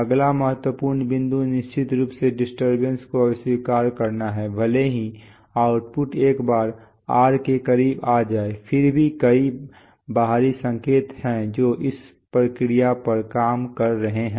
अगला महत्वपूर्ण बिंदु निश्चित रूप से डिस्टरबेंस को अस्वीकार करना है भले ही आउटपुट एक बार r के करीब आ जाए फिर भी कई बाहरी संकेत हैं जो इस प्रक्रिया पर काम कर रहे हैं